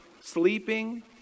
sleeping